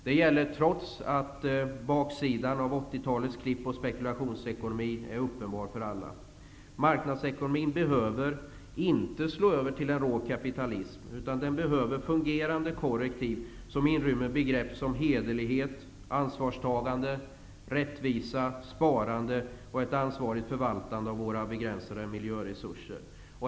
Det gäller trots att baksidan av 80-talets klipp och spekulationsekonomi är uppenbar för alla. För att inte slå över i en rå kapitalism behöver marknadsekonomin fungerande korrektiv som inrymmer begrepp som hederlighet, ansvarstagande, rättvisa, sparande och ett ansvarsfullt förvaltande av våra begränsade miljöresurser.